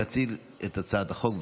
להציג את הצעת החוק.